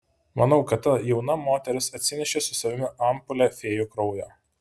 manau kad ta jauna moteris atsinešė su savimi ampulę fėjų kraujo